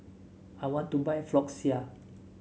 I want to buy Floxia